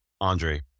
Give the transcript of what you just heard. Andre